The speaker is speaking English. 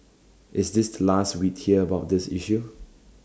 is this last we'd hear about this issue